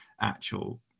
actual